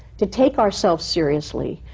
to take ourselves seriously,